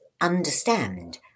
understand